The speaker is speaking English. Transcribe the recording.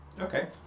Okay